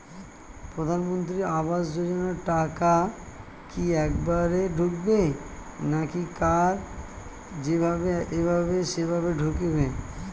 প্রধানমন্ত্রী আবাস যোজনার টাকা কি একবারে ঢুকবে নাকি কার যেভাবে এভাবে সেভাবে ঢুকবে?